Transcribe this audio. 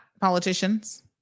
politicians